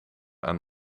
aan